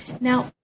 Now